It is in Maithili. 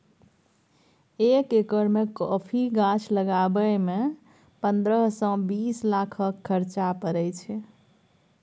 एक एकर मे कॉफी गाछ लगाबय मे पंद्रह सँ बीस लाखक खरचा परय छै